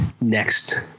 next